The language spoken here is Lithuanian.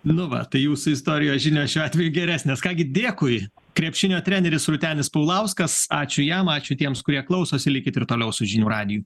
nu va tai jūsų istorijos žinios šiuo atveju geresnės ką gi dėkui krepšinio treneris rūtenis paulauskas ačiū jam ačiū tiems kurie klausosi likit ir toliau su žinių radiju